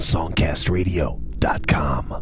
SongCastRadio.com